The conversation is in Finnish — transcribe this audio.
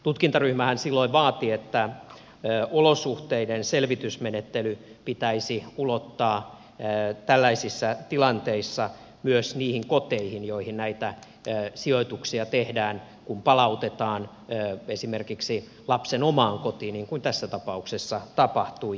tutkintaryhmähän silloin vaati että olosuhteidenselvitysmenettely pitäisi ulottaa tällaisissa tilanteissa myös niihin koteihin joihin näitä sijoituksia tehdään kun palautetaan esimerkiksi lapsen omaan kotiin niin kuin tässä tapauksessa tapahtui